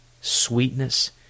sweetness